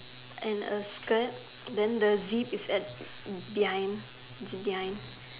and a skirt then the deep is at behind behind